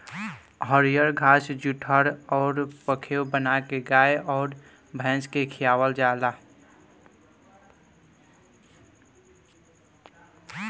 हरिअर घास जुठहर अउर पखेव बाना के गाय अउर भइस के खियावल जाला